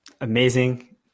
Amazing